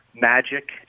magic